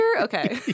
Okay